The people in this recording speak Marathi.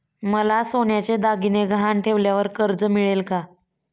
मला सोन्याचे दागिने गहाण ठेवल्यावर कर्ज मिळेल का?